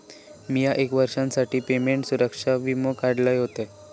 मिया एक वर्षासाठी पेमेंट सुरक्षा वीमो काढलय होतय